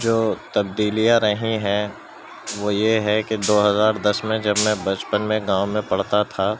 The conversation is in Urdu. جو تبدیلیاں رہی ہیں وہ یہ ہے کہ دو ہزار دس میں جب میں بچپن میں گاؤں میں پڑھتا تھا